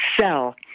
sell